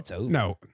No